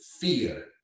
fear